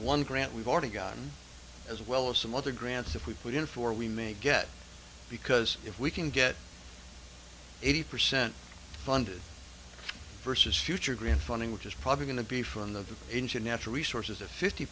one grant we've already gotten as well as some other grants if we put in four we may get because if we can get eighty percent funded versus future green funding which is probably going to be from the engine natural resources a fifty